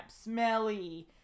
Smelly